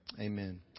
Amen